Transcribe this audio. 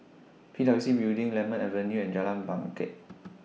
P W C Building Lemon Avenue and Jalan Bangket